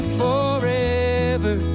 forever